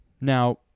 Now